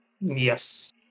Yes